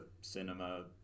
cinema